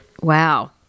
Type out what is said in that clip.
Wow